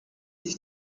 sich